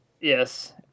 Yes